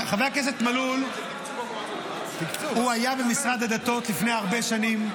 חבר הכנסת מלול היה במשרד הדתות לפני הרבה שנים,